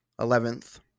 Eleventh